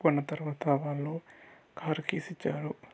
ఒప్పుకున్నా తరవాత వాళ్ళు కారు కీస్ ఇచ్చారు